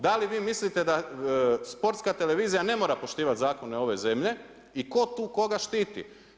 Da li vi mislite da Sportska televizija ne mora poštivati zakone ove zemlji i tko tu koga štiti?